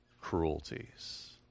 cruelties